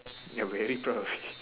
we are very proud of it